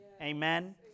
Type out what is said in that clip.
Amen